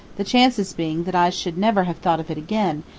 the chances being that i should never have thought of it again,